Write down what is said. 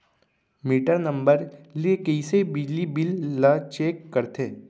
Metre number ले कइसे बिजली बिल ल चेक करथे?